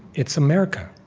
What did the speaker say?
it's america.